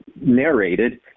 narrated